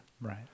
Right